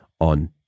on